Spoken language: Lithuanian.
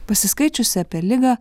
pasiskaičiusi apie ligą